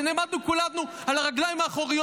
שנעמדנו כולנו על הרגליים האחוריות